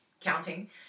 counting